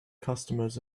customers